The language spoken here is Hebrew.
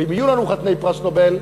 ואם יהיו לנו חתני פרס נובל,